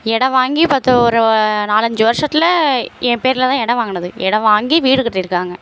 இடம் வாங்கி பத்து ஒரு நாலஞ்சு வருஷத்தில் என் பேரில் தான் இடம் வாங்கினது இடம் வாங்கி வீடு கட்டியிருக்காங்க